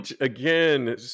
Again